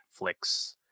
netflix